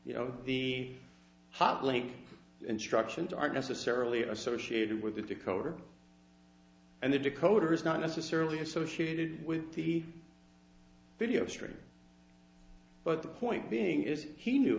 you know the hotlink instructions are necessarily associated with the decoder and the decoder is not necessarily associated with the video stream but the point being is he knew